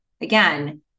Again